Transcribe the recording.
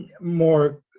more